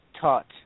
taught